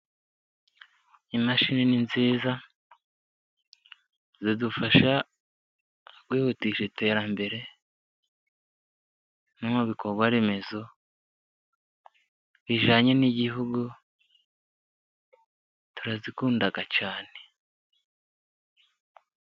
Imashini nziza zidufasha kwihutisha iterambere, no mu bikorwa remezo bijyanye n’igihugu. Turazikunda cyane.